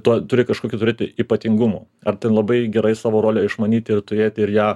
tuo turi kažkokį turėti ypatingumų ar tai labai gerai savo rolę išmanyti ir turėti ir ją